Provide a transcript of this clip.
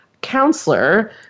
counselor